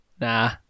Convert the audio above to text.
Nah